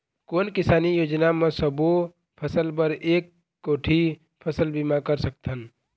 कोन किसानी योजना म सबों फ़सल बर एक कोठी फ़सल बीमा कर सकथन?